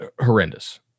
horrendous